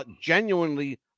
genuinely